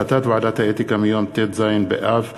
החלטת ועדת האתיקה מיום ט"ז באב התשע"ג,